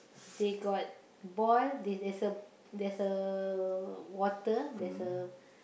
they got ball there's there's a there's uh water there's a